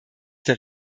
der